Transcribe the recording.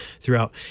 throughout